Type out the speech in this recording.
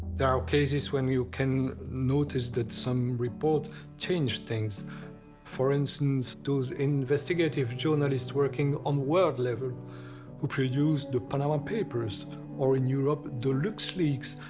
there are cases when you can notice that some report change things for instance those investigative journalists working on world level who produced the panama papers or in europe the lux leaks,